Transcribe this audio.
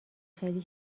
خیلی